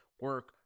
Work